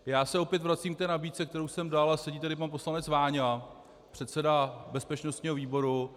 Já se opět vracím k té nabídce, kterou jsem dal, a sedí tady pan poslanec Váňa, předseda bezpečnostního výboru.